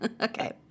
Okay